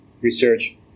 research